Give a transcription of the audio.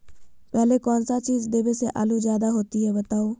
पहले कौन सा चीज देबे से आलू ज्यादा होती बताऊं?